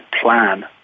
plan